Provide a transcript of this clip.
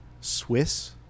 Swiss